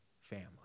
family